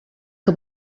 que